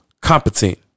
competent